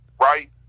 right